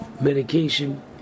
medication